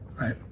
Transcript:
Right